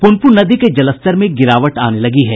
प्रनपून नदी के जलस्तर में गिरावट आने लगी है